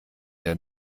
der